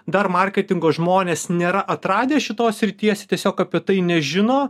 dar marketingo žmonės nėra atradę šitos srities tiesiog apie tai nežino